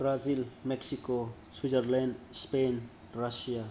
Brasil Mexico Switzerland Spain Russia